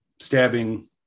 stabbing